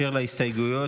אשר להסתייגויות,